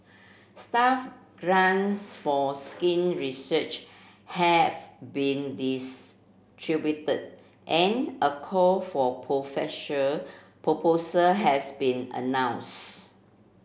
staff grants for skin research have been distributed and a call for profession proposal has been announced